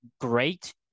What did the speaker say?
great